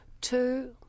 two